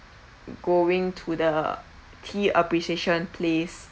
going to the tea appreciation place